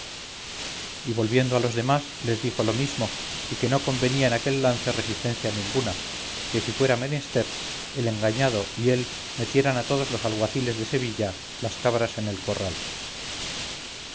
y volviendo a los demás les dijo lo mismo y que no convenía en aquel lance resistencia ninguna que si fuera menester el engañado y él metieran a todos los alguaciles de sevilla las cabras en el corral